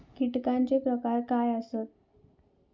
कीटकांचे प्रकार काय आसत?